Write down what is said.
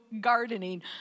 gardening